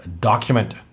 document